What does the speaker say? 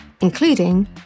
including